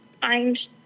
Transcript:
find